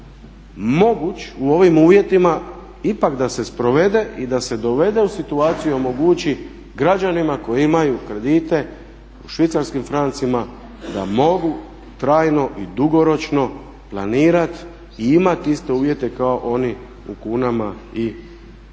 moguć u ovim uvjetima ipak da se sprovede i da se dovede u situaciju i omogući građanima koji imaju kredite u švicarskim francima da mogu trajno i dugoročno planirati i imati iste uvjete kao oni u kunama i u eurima.